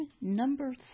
number